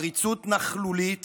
עריצות נכלולית